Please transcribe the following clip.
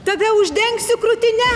tave uždengsiu krūtine